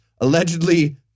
allegedly